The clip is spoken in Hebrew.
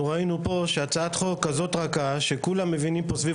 אנחנו ראינו פה שהצעת חוק כזאת רכה שכולם מבינים פה סביב